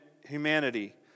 humanity